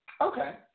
Okay